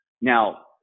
now